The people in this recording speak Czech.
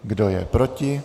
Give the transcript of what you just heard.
Kdo je proti?